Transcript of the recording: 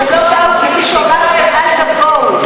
הם לא באו כי מישהו אמר להם אל תבואו.